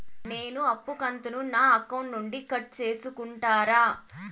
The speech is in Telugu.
నేను అప్పు కంతును నా అకౌంట్ నుండి కట్ సేసుకుంటారా?